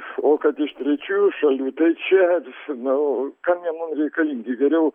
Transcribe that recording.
o kad iš trečiųjų šalių tai čia nu kam jie mum reikalingi geriau